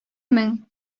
мең